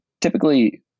typically